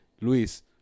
Luis